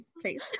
Please